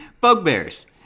Bugbears